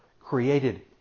created